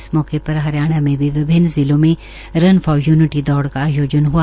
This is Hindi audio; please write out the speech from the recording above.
इस मौके पर हरियाणा में भी विभिन्न जिलों में रन फार यूनिटी दौड़ का आयोजन हआ